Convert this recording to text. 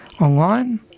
online